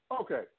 okay